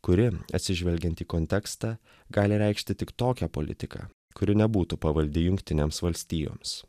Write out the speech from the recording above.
kuri atsižvelgiant į kontekstą gali reikšti tik tokią politiką kuri nebūtų pavaldi jungtinėms valstijoms